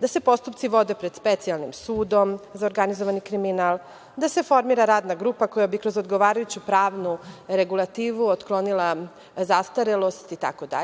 da se postupci vode pred Specijalnim sudom za organizovani kriminal, da se formira radna grupa koja bi kroz odgovarajuću pravnu regulativu otklonila zastarelost itd.